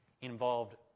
involved